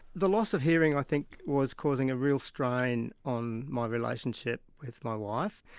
the loss of hearing i think was causing a real strain on my relationship with my wife,